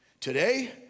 Today